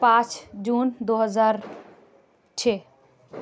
پانچ جون دو ہزار چھ